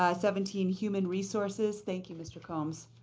ah seventeen, human resources, thank you, mr. combs.